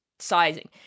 sizing